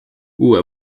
uue